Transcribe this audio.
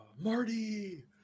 Marty